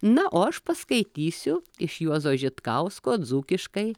na o aš paskaitysiu iš juozo žitkausko dzūkiškai